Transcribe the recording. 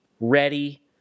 ready